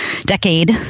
decade